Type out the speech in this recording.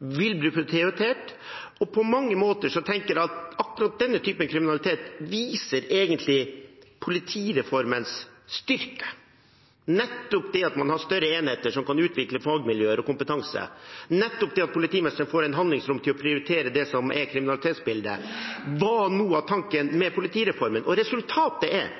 og vil bli prioritert. På mange måter tenker jeg at akkurat denne typen kriminalitet egentlig viser politireformens styrke. Nettopp det at man har større enheter som kan utvikle fagmiljøer og kompetanse, nettopp det at politimesteren får et handlingsrom til å prioritere det som er kriminalitetsbildet, var noe av tanken med politireformen. Og resultatet er